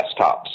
desktops